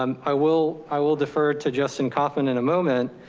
and i will i will defer to justin kaufman in a moment,